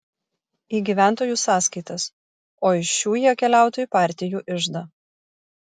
į gyventojų sąskaitas o iš šių jie keliautų į partijų iždą